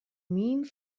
mean